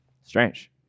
strange